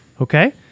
Okay